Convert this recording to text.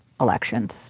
elections